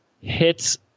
hits